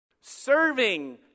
Serving